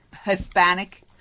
Hispanic